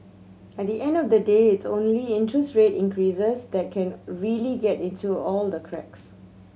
at the end of the day it's only interest rate increases that can really get into all the cracks